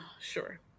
Sure